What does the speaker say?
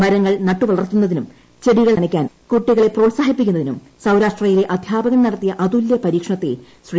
മരങ്ങൾ നട്ടുവളർത്തുന്നതിനും ചെടികൾ നടാൻ കുട്ടികളെ പ്രോത്സാഹിപ്പിക്കുന്നതിനും സൌരാഷ്ട്രയിലെ അദ്ധ്യാപകൻ നടത്തിയ അതുല്യ പരീക്ഷണത്തെ ശ്രീ